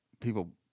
people